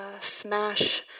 smash